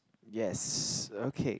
yes okay